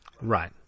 Right